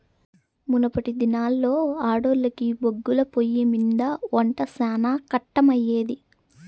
మునపటి దినాల్లో ఆడోల్లకి బొగ్గుల పొయ్యిమింద ఒంట శానా కట్టమయ్యేది